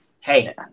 Hey